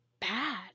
bad